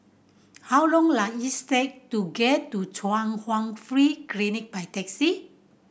how long does it take to get to Chung Hwa Free Clinic by taxi